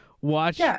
watch